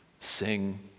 Sing